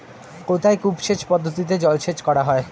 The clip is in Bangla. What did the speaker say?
কোথায় কূপ সেচ পদ্ধতিতে জলসেচ করা হয়?